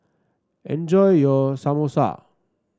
enjoy your Samosa